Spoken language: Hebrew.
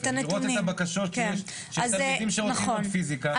לראות את הבקשות שיש של תלמידים שרוצים ללמוד פיזיקה,